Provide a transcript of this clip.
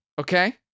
Okay